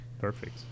Perfect